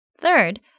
Third